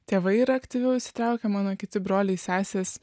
tėvai yra aktyviau įsitraukę mano kiti broliai sesės